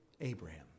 Abraham